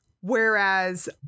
whereas